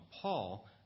Paul